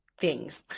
things.